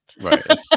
Right